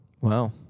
Wow